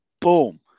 Boom